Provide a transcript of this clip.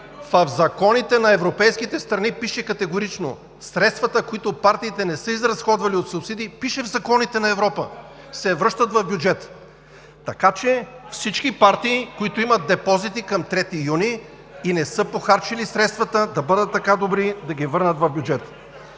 В законите на европейските страни пише категорично: средствата, които партиите не са изразходвали от субсидии – пише в законите на Европа, се връщат в бюджета. (Продължаващи реплики от ГЕРБ.) Така че всички партии, които имат депозити към 3 юни и не са похарчили средствата, да бъдат така добри да ги върнат в бюджета.